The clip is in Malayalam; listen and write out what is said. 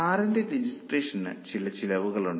കാറിന്റെ രജിസ്ട്രേഷന് ചില ചെലവുകളുണ്ട്